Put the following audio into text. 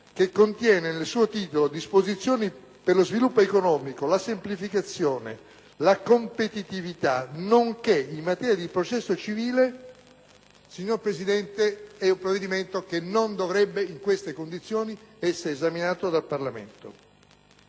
che contiene nel suo titolo «Disposizioni per lo sviluppo economico, la semplificazione, la competitività nonché in materia di processo civile», signor Presidente, non dovrebbe essere esaminato dal Parlamento